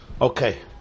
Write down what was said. Okay